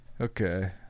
Okay